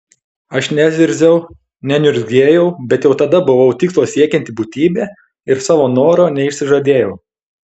aš nezirziau neniurzgėjau bet jau tada buvau tikslo siekianti būtybė ir savo noro neišsižadėjau